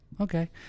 okay